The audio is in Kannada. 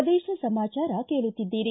ಪ್ರದೇಶ ಸಮಾಚಾರ ಕೇಳುತ್ತಿದ್ದೀರಿ